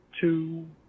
two